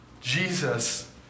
Jesus